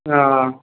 ହଁ